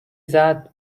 زدما